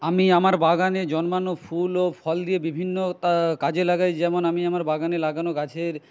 আমি আমার বাগানে জন্মানো ফুল ও ফল দিয়ে বিভিন্ন তা কাজে লাগাই যেমন আমি আমার বাগানে লাগানো গাছের